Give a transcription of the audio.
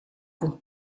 komt